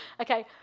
Okay